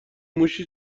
موشی